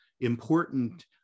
important